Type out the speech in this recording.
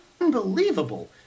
unbelievable